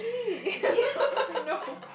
yeah oh no